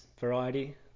variety